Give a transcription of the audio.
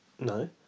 No